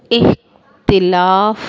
इख तिलाफ